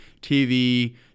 TV